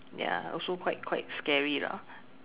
ya also quite quite scary lah